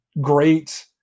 great